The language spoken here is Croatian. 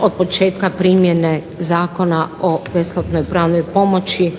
od početka primjene Zakona o besplatnoj pravnoj pomoći